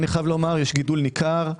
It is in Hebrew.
יש גידול ניכר.